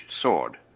sword